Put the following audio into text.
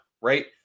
right